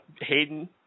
Hayden